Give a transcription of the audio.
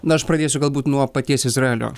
na aš pradėsiu galbūt nuo paties izraelio